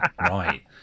Right